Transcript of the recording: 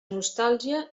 nostàlgia